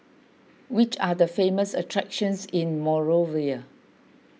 which are the famous attractions in Monrovia